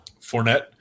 Fournette